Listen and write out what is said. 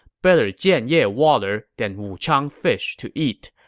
better jianye water than wuchang fish to eat.